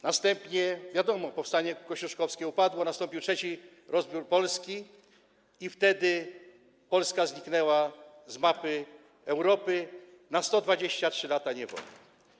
Następnie, wiadomo, powstanie kościuszkowskie upadło, nastąpił trzeci rozbiór Polski i wtedy Polska zniknęła z mapy Europy na 123 lata niewoli.